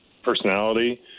personality